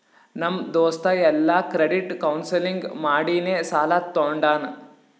ನಮ್ ದೋಸ್ತ ಎಲ್ಲಾ ಕ್ರೆಡಿಟ್ ಕೌನ್ಸಲಿಂಗ್ ಮಾಡಿನೇ ಸಾಲಾ ತೊಂಡಾನ